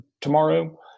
tomorrow